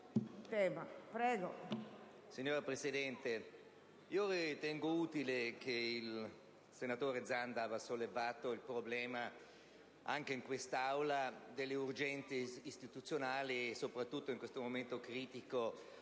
Signora Presidente, ritengo utile che il senatore Zanda abbia sollevato in quest'Aula il problema delle urgenze istituzionali e, soprattutto in questo momento critico,